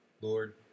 Lord